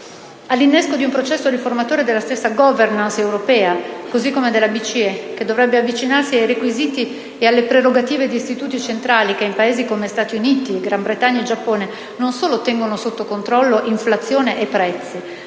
all'innesco di un processo riformatore della stessa *governance* europea, così come della Banca centrale europea, che dovrebbe avvicinarsi ai requisiti e alle prerogative di istituti centrali, che in Paesi come Stati Uniti, Gran Bretagna e Giappone non solo tengono sotto controllo inflazione e prezzi,